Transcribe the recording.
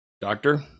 Doctor